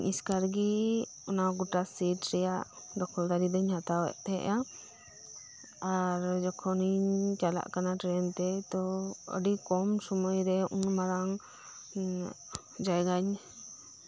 ᱤᱧ ᱮᱥᱠᱟᱨ ᱜᱮ ᱚᱱᱟ ᱜᱚᱴᱟ ᱥᱤᱴ ᱨᱮᱭᱟᱜ ᱫᱚᱠᱷᱚᱞᱫᱨᱤ ᱫᱚᱧ ᱦᱟᱛᱟᱣᱭᱮᱫ ᱛᱟᱸᱦᱮᱱᱟ ᱟᱨ ᱡᱚᱠᱷᱚᱱᱤᱧ ᱪᱟᱞᱟᱜ ᱠᱟᱱᱟ ᱴᱨᱮᱹᱱ ᱛᱮ ᱛᱚ ᱟᱹᱰᱤ ᱠᱚᱢ ᱥᱚᱢᱚᱭ ᱨᱮ ᱩᱱ ᱢᱟᱨᱟᱝ ᱡᱟᱭᱜᱟᱧ